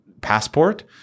passport